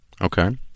Okay